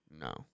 no